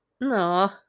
No